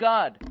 God